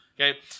Okay